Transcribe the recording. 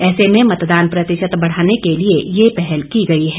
ऐसे में मतदान प्रतिशत बढ़ाने के लिए ये पहल की गई है